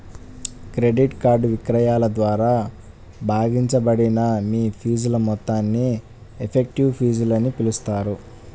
credit card విక్రయాల ద్వారా భాగించబడిన మీ ఫీజుల మొత్తాన్ని ఎఫెక్టివ్ ఫీజులని పిలుస్తారు